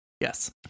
Yes